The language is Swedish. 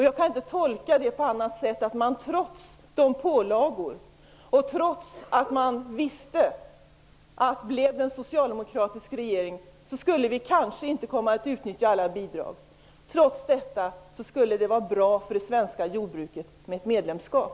Jag kan inte tolka det på annat sätt än att man, trots dessa pålagor och trots att man visste att en socialdemokratisk regering kanske inte skulle komma att utnyttja alla bidrag, tyckte att det skulle vara bra för det svenska jordbruket med ett medlemskap.